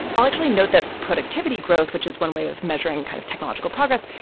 i'll actually note that productivity growth, which is one way of measuring kind of technological progress,